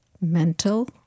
mental